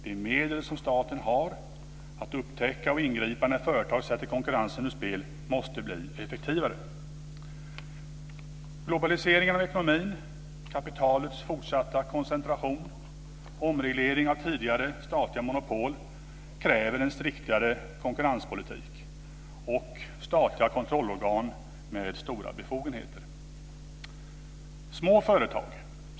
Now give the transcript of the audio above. De medel som staten har att upptäcka och ingripa när företag sätter konkurrensen ur spel måste bli effektivare. Globaliseringen av ekonomin, kapitalets fortsatta koncentration och omregleringen av tidigare statliga monopol kräver en striktare konkurrenspolitik och statliga kontrollorgan med stora befogenheter.